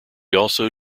also